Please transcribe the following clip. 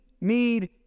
need